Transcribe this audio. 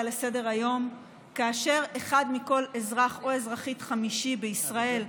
לסדר-היום כאשר אחד מכל אזרח חמישי בישראל,